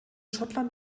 schottland